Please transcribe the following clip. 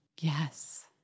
yes